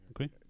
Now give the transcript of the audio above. Okay